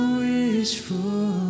wishful